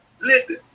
Listen